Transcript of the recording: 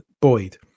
Boyd